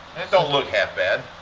it don't look half bad.